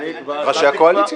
מה שהקואליציה.